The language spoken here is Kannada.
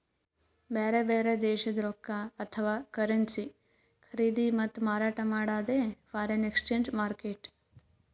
ಬ್ಯಾರೆ ಬ್ಯಾರೆ ದೇಶದ್ದ್ ರೊಕ್ಕಾ ಅಥವಾ ಕರೆನ್ಸಿ ಖರೀದಿ ಮತ್ತ್ ಮಾರಾಟ್ ಮಾಡದೇ ಫಾರೆನ್ ಎಕ್ಸ್ಚೇಂಜ್ ಮಾರ್ಕೆಟ್